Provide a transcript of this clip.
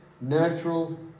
natural